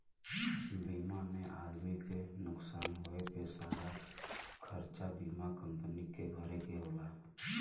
बीमा में आदमी के नुकसान होए पे सारा खरचा बीमा कम्पनी के भरे के होला